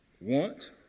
want